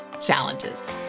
challenges